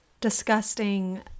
disgusting